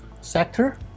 sector